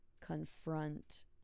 confront